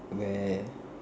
where